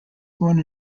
born